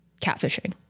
catfishing